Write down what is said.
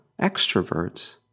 extroverts